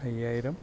അയ്യായിരം